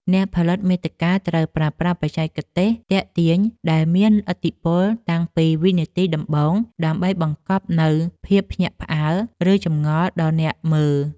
អ្នកផលិតមាតិកាត្រូវប្រើប្រាស់បច្ចេកទេស ទាក់ទាញ ដែលមានឥទ្ធិពលតាំងពីវិនាទីដំបូង ដើម្បីបង្កប់នូវភាពភ្ញាក់ផ្អើល ឬចម្ងល់ដល់អ្នកមើល។